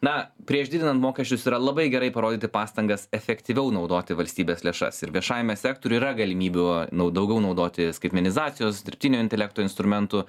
na prieš didinant mokesčius yra labai gerai parodyti pastangas efektyviau naudoti valstybės lėšas ir viešajame sektoriuje yra galimybių nau daugiau naudoti skaitmenizacijos dirbtinio intelekto instrumentų